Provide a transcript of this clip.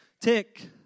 tick